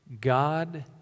God